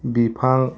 बिफां